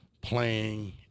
playing